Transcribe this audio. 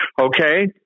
Okay